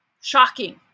shocking